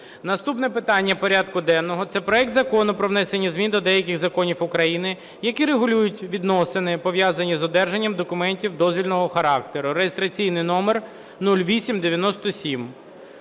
Наступне питання порядку денного – це проект Закону про внесення змін до деяких законів України, які регулюють відносини, пов'язані з одержанням документів дозвільного характеру (реєстраційний номер 0897).